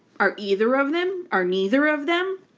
are either of them? are neither of them?